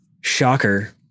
shocker